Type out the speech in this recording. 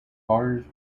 cars